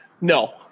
No